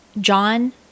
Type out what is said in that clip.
John